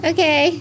Okay